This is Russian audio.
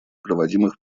проводимых